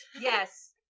Yes